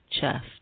chest